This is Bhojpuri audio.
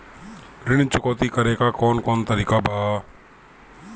ऋण चुकौती करेके कौन कोन तरीका बा?